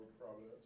Providence